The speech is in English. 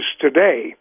today